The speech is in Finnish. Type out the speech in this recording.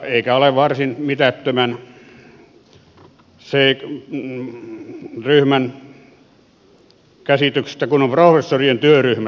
eikä ole kyse varsin mitättömän ryhmän käsityksestä kun on professorien työryhmästä kysymys